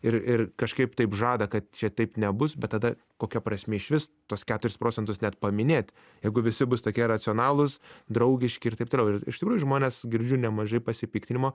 ir ir kažkaip taip žada kad čia taip nebus bet tada kokia prasmė išvis tuos keturis procentus net paminėt jeigu visi bus tokie racionalūs draugiški ir taip toliau ir iš tikrųjų žmonės girdžiu nemažai pasipiktinimo